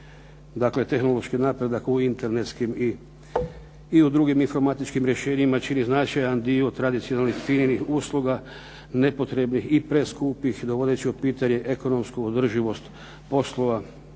Znači tehnološki napredak u Internetskim i u drugim informatičkim rješenjima čini značajan dio tradicionalnih FINA-inih usluga nepotrebnih i preskupih dovodeći u pitanje ekonomsku održivost poslovne